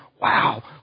Wow